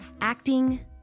acting